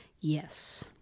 yes